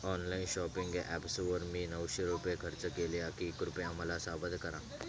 online shopping ॲप्सवर मी नऊशे रुपये खर्च केल्या की कृपया मला सावध करा